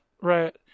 Right